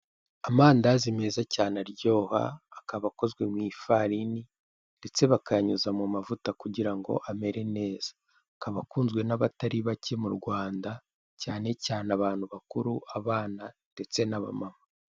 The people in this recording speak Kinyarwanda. Amandazi meza cyane aryoha akaba akozwemu ifarini, ndetse bakayanyuza mu mavuta kugirango amere neza, akaba akunzwe n'abatari bake mu Rwanda; cyane cyane abantu bakuru, abana, ndetse n'abamama.